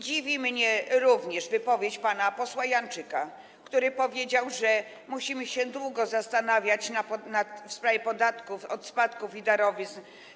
Dziwi mnie również wypowiedź pana posła Janczyka, który powiedział, że musimy się długo zastanawiać w sprawie podatków od spadków i darowizn.